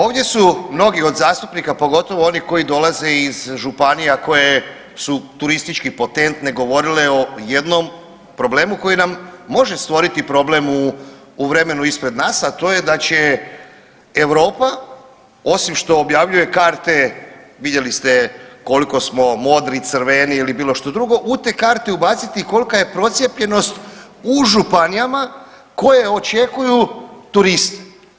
Ovdje su mnogi od zastupnika pogotovo oni koji dolaze iz županija koje su turistički potentne govorile o jednom problemu koji nam može stvoriti problem u vremenu ispred nas, a to je da će Europa osim što objavljuje karte vidjeli ste koliko smo modri, crveni ili bilo što drugo u te karte ubaciti i kolika je procijepljenost u županijama koje očekuju turiste.